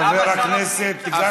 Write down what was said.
חבר הכנסת גפני.